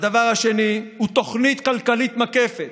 הדבר השני, תוכנית כלכלית מקפת,